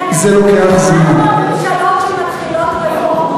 אנחנו הממשלות שמתחילות רפורמות,